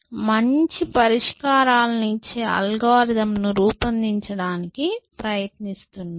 మంచి పరిష్కారాలను ఇచ్చే అల్గారిథమ్ను రూపొందించడానికి ప్రయత్నిస్తున్నాము